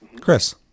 Chris